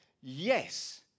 Yes